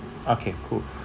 okay cool